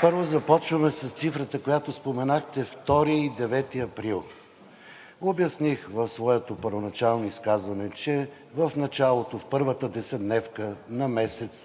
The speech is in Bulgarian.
Първо започваме с цифрите, които споменахте – 2 и 9 април. Обясних в своето първоначално изказване, че в началото – в първата десетдневка